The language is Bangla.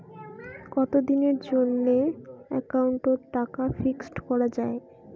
কতদিনের জন্যে একাউন্ট ওত টাকা ফিক্সড করা যায়?